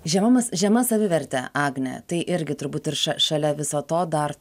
žemumas žema savivertė agne tai irgi turbūt ir ša šalia viso to dar